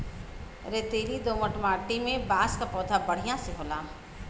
रेतीली दोमट माटी में बांस क पौधा बढ़िया से होला